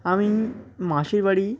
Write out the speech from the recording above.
আমি মাসির বাড়ি